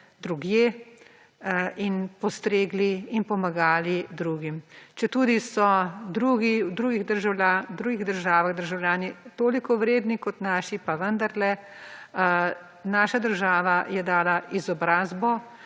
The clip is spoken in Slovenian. drugje in postregli in pomagali drugim. Četudi so drugi, v drugih državah državljani toliko vredni kot naši, pa vendarle naša država je dala izobrazbo